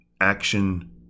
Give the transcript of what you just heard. action